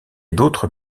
d’autres